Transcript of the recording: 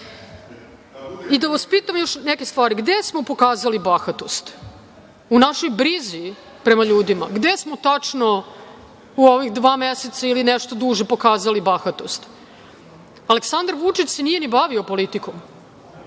vas pitam još neke stvari. Gde smo pokazali bahatost? U našoj brizi prema ljudima? Gde smo tačno u ovih dva meseca, ili nešto duže, pokazali bahatost? Aleksandar Vučić se nije ni bavio politikom.